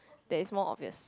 that is more obvious